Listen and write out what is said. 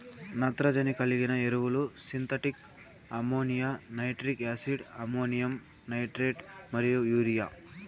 నత్రజని కలిగిన ఎరువులు synthetic ammonia, nitric acid, ammonium nitrate మరియు యూరియా